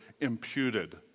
imputed